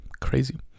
crazy